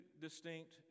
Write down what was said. distinct